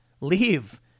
leave